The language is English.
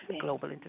Global